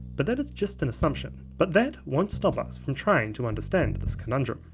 but that is just an assumption. but that won't stop us from trying to understand this conundrum,